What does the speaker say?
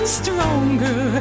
stronger